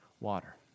water